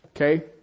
Okay